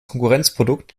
konkurrenzprodukt